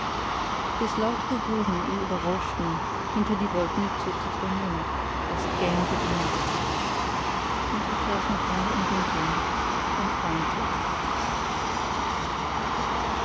bis lautere wogen ihn überrauschten hinter die wolken zog sich der mond es gähnte die nacht und ich saß noch lange im dunkeln und weinte